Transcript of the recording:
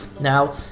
Now